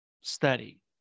study